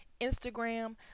Instagram